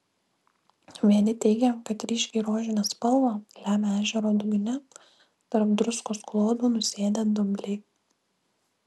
vieni teigė kad ryškiai rožinę spalvą lemia ežero dugne tarp druskos klodų nusėdę dumbliai